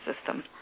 system